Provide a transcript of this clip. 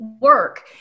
work